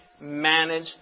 manage